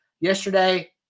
Yesterday